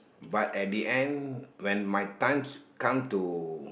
but at the end when my times come to